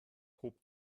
hob